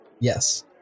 Yes